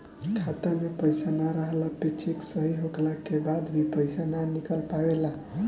खाता में पईसा ना रहला पे चेक सही होखला के बाद भी पईसा ना निकल पावेला